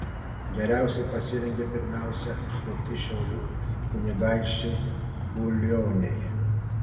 geriausiai pasirengė pirmiausia užklupti šiaulių kunigaikščiai bulioniai